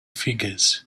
figures